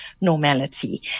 normality